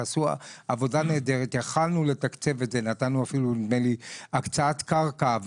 כלנו לתקצב את זה ונדמה לי שגם דאגנו להקצאת קרקע.